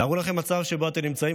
תארו לכם מצב שבו אתם נמצאים,